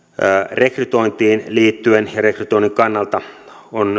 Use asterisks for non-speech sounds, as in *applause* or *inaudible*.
rekrytointiin liittyen ja rekrytoinnin kannalta on *unintelligible*